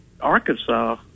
Arkansas